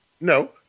No